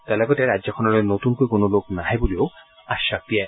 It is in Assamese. তেওঁ লগতে ৰাজ্যখনলৈ নতুনকৈ কোনো লোক নাহে বুলিও আশ্বাস দিয়ে